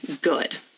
good